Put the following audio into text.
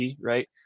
Right